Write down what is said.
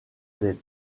des